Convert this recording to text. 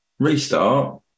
Restart